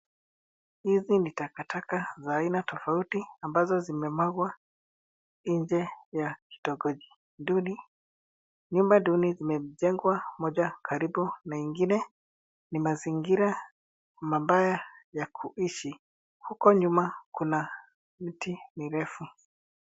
Hizi ni takataka za aina tofauti ambazo zimemwagwa nje ya kitongoji duni. Nyumba duni zimejengwa pamoja karibu na ingine. Ni mazingira mabaya ya kuishi. Huko nyuma kuna miti mirefu.